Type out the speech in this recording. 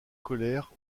colère